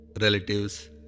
relatives